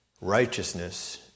Righteousness